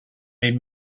made